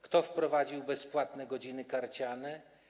Kto wprowadził bezpłatne godziny karciane?